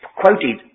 quoted